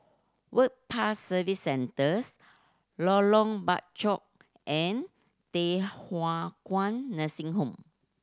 Work Pass Service Centres Lorong Bachok and Thye Hua Kwan Nursing Home